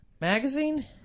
magazine